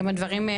גם הדברים,